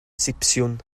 sipsiwn